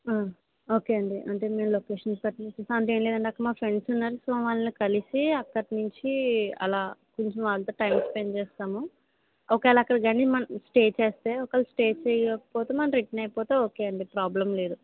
okay అండి అంటే మేము లొకేషన్ పెట్టండి అంటే ఏం లేదండి అక్కడ మా ఫ్రెండ్స్ ఉన్నారు సో వాళ్ళని కలిసి అక్కడినుంచి అలా కొంచం వాళ్ళతో టైం స్పెండ్ చేస్తాము ఒకేలా అక్కడ కాని స్టే చేస్తే ఒకవేళ స్టే చేయకపోతే మనం రిటర్న్ అయిపోతే ఓకే అండి ప్రాబ్లం లేదు